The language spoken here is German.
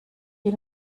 hin